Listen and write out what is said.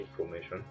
information